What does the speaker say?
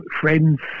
friends